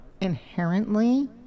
inherently